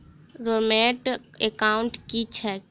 Dormant account की छैक?